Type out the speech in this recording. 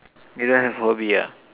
you don't have hobby ah